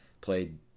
played